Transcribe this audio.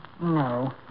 No